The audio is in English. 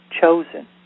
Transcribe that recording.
chosen